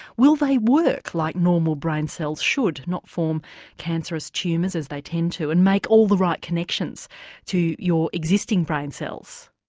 will they work like normal brain cells should, not form cancerous tumours as they tend to, and make all the right connections to your existing brain cells?